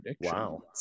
Wow